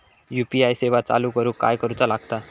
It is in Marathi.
यू.पी.आय सेवा चालू करूक काय करूचा लागता?